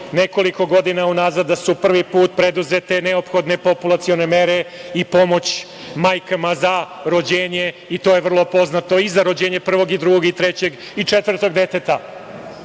nekoliko godina u nazad, da su prvi put preduzete neophodne populacione mere i pomoć majkama za rođenje i to je vrlo poznato i za rođenje prvog i drugog i trećeg i četvrtog deteta. Ovim